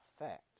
effect